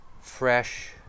fresh